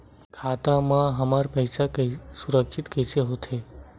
खाता मा हमर पईसा सुरक्षित कइसे हो थे?